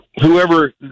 Whoever